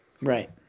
Right